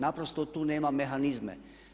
Naprosto tu nema mehanizme.